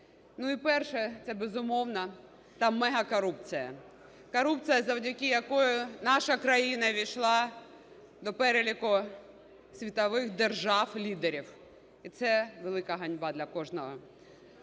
перше – це, безумовно, та мегакорупція, корупція, завдяки якій наша країна ввійшла до переліку світових держав-лідерів. Це велика ганьба для кожного.